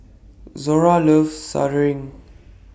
Zora loves